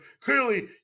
clearly